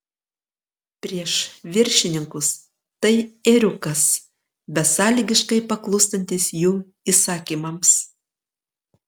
prieš viršininkus tai ėriukas besąlygiškai paklūstantis jų įsakymams